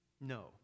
No